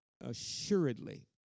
assuredly